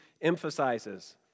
emphasizes